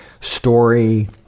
story